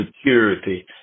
security